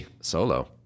solo